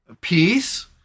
peace